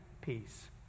peace